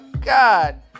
God